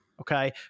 okay